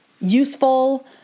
useful